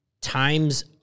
times